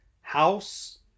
house